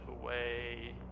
away